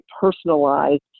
personalized